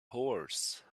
horse